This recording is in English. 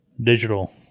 digital